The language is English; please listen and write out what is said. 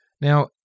Now